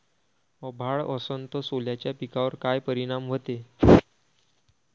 अभाळ असन तं सोल्याच्या पिकावर काय परिनाम व्हते?